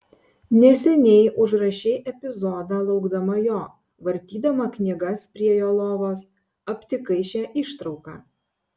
neseniai užrašei epizodą laukdama jo vartydama knygas prie jo lovos aptikai šią ištrauką